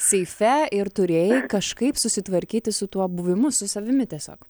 seife ir turėjai kažkaip susitvarkyti su tuo buvimu su savimi tiesiog